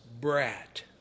brat